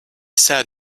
said